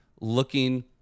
looking